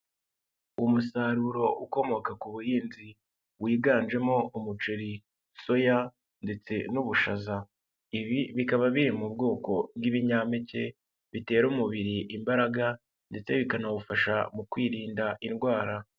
Umusaruro ukomoka ku buhinzi wiganjemo umuceri, soya, ndetse n'ubushaza ibi bikaba biri mu bwoko bw'ibinyampeke bitera umubiri imbaraga ndetse bikanawufasha mu kwirinda indwara.